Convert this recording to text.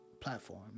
platform